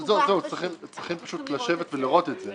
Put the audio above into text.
צריכים לשבת ולראות את זה.